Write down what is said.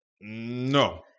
No